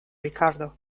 ricardo